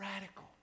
radical